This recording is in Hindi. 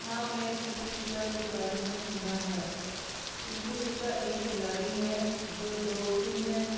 हाँ मैं पीटी ऊषा के बारे में सुना है पीटी ऊषा एक खिलाड़ी है जो दौड़ती है